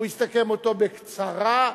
הוא יסכם אותו בקצרה,